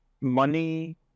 money